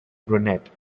brunette